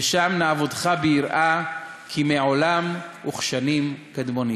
ושם נעבודך ביראה כימי עולם וכשנים קדמוניות".